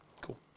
Cool